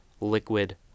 liquid